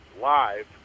live